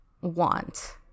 want